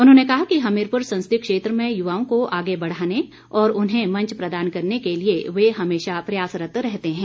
उन्होंने कहा कि हमीरपुर संसदीय क्षेत्र में युवाओं को आगे बढ़ाने और उन्हें मंच प्रदान करने के लिए वे हमेशा प्रयासरत रहते हैं